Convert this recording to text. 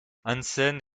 hansen